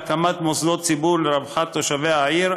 בהקמת מוסדות ציבור לרווחת תושבי העיר,